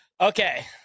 Okay